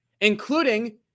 including